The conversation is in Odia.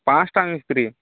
ପାଂଚଟା ମିସ୍ତ୍ରୀ